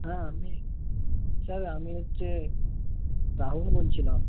হ্যাঁ আমি স্যার আমি হচ্ছে রাহুল বলছিলাম